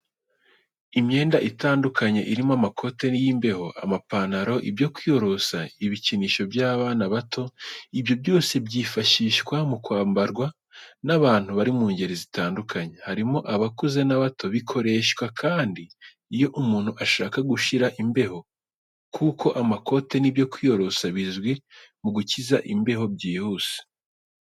Imyenda itandukanye irimo amakote y'imbeho, amapantaro, ibyo kwiyorosa, ibikinisho by'abana bato, ibyo byose byifashishwa mu kwambarwa n'abantu bari mu ngeri zitandukanye, harimo abakuze n'abato. Bikoreshwa kandi iyo umuntu ashaka gushira imbeho kuko amakote n'ibyo kwiyorosa bizwi mu gukiza imbeho byihuse.